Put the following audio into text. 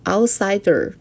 Outsider